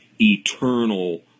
eternal